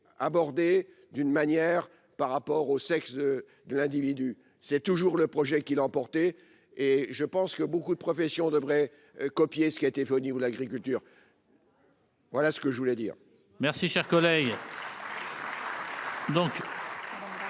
abordé d'une manière par rapport au sexe de l'individu, c'est toujours le projet qui l'a emporté et je pense que beaucoup de professions devraient copier ce qui a était venu vous l'agriculture. Voilà ce que je voulais dire. Merci cher collègue.